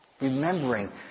Remembering